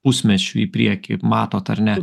pusmečiui į priekį matot ar ne